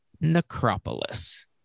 Necropolis